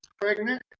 pregnant